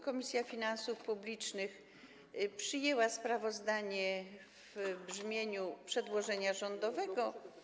Komisja Finansów Publicznych przyjęła sprawozdanie w brzmieniu przedłożenia rządowego.